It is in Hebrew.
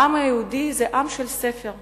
העם היהודי זה עם של ספר.